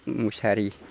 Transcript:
मुसारि